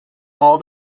all